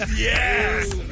Yes